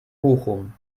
bochum